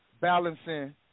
balancing